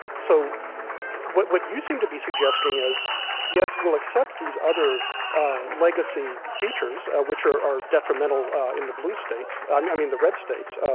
so what what you seem to be suggesting is yes we'll accept these other legacy features of which are are detrimental in the blue states i mean the red states,